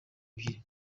ebyiri